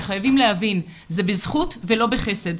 שחייבים להבין: זה בזכות ולא בחסד.